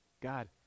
God